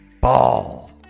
ball